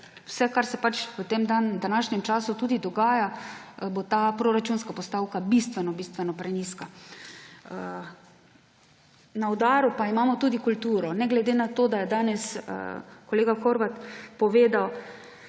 vse, kar se v tem današnjem času tudi dogaja, bo ta proračunska postavka bistveno prenizka. Na udaru pa imamo tudi kulturo. Ne glede na to, da je danes kolega Horvat povedal,